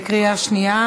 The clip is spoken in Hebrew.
בקריאה שנייה.